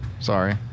Sorry